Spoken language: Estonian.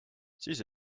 siis